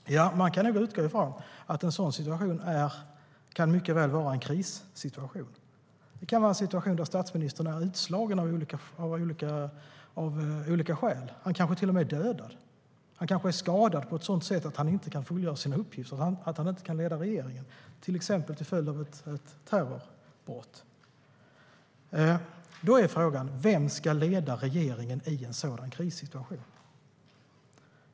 Man kan nog utgå från att en sådan situation mycket väl kan vara en krissituation. Det kan vara en situation där statsministern är utslagen av olika skäl. Han kanske till och med är dödad. Han kanske är skadad på ett sådant sätt att han inte kan fullgöra sin uppgift att leda regeringen, till exempel till följd av ett terrordåd. Då är frågan: Vem ska leda regeringen i en sådan krissituation?